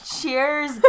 Cheers